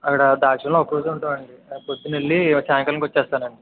అక్కడ ద్రాక్షారామంలో ఒకరోజు ఉంటాం అండి పొద్దున వెళ్ళి సాయంకాలానికి వస్తాం అండి